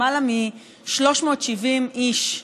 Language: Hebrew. למעלה מ-370 איש,